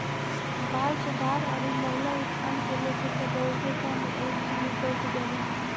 बाल सुधार अउरी महिला उत्थान के लेके तअ बहुते काम एन.जी.ओ करत बाने